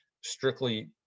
strictly